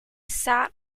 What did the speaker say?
sat